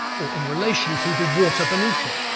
or in relation to, the water beneath it.